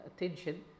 attention